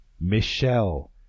michelle